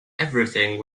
everything